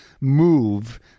move